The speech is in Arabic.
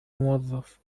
موظف